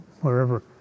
wherever